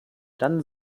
dann